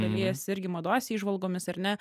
dalijasi irgi mados įžvalgomis ar ne